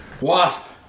Wasp